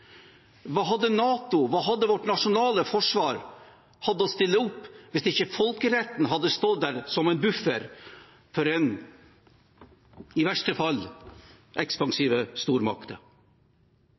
Hva hadde NATO og vårt nasjonale forsvar hatt å stille opp med hvis ikke folkeretten hadde stått der som en buffer for – i verste fall